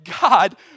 God